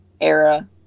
era